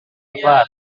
apa